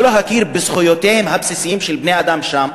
להכיר בזכויותיהם הבסיסיות של בני-אדם שם?